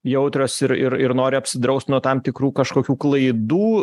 jautrios ir ir ir nori apsidraust nuo tam tikrų kažkokių klaidų